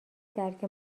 درک